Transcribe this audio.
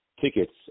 tickets